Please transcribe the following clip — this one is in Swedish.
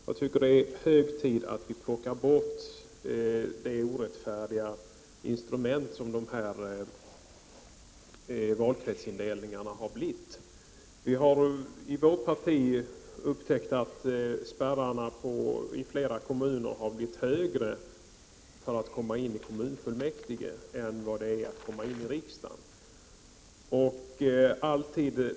Jag tycker det är hög tid att plocka bort det orättfärdiga instrument som valkretsindelningar har blivit. Vårt parti har upptäckt att spärrarna i flera kommuner blivit högre för att komma in i kommunfullmäktige än för att komma in i riksdagen.